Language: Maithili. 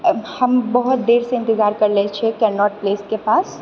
हम बहुत देरसँ इन्तजार करि रहल छिऐ केनोट प्लेसके पास